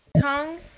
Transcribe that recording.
Tongue